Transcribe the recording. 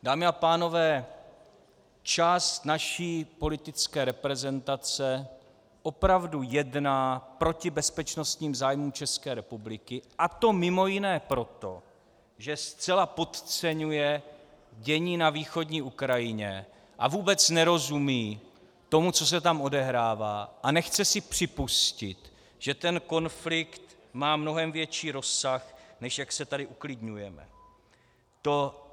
Dámy a pánové, část naší politické reprezentace opravdu jedná proti bezpečnostním zájmům České republiky, a to mimo jiné proto, že zcela podceňuje dění na východní Ukrajině a vůbec nerozumí tomu, co se tam odehrává, a nechce si připustit, že ten konflikt má mnohem větší rozsah, než jak se tady uklidňujeme.